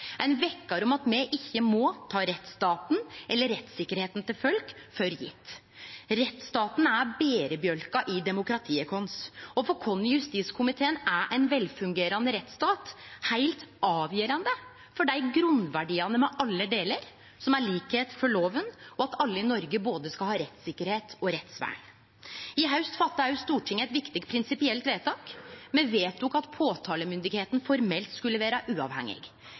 ein vekkjar om at me ikkje må ta rettsstaten eller rettssikkerheita til folk for gjeve. Rettsstaten er berebjelken i demokratiet vårt, og for oss i justiskomiteen er ein velfungerande rettsstat heilt avgjerande for dei grunnverdiane me alle deler, som likskap for lova og at alle i Noreg skal ha både rettssikkerheit og rettsvern. I haust gjorde Stortinget eit viktig prinsipielt vedtak. Me vedtok at påtalemyndigheita formelt skulle vere uavhengig.